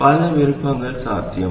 பல பல விருப்பங்கள் சாத்தியம்